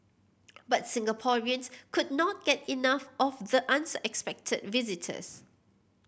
but Singaporeans could not get enough of the unexpected visitors